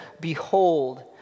behold